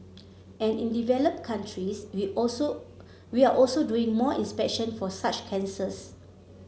and in developed countries we also we are also doing more inspection for such cancers